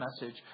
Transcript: message